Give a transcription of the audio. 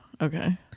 Okay